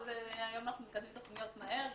היום אנחנו מקדמים תוכניות מהר.